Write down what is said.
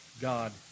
God